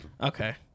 Okay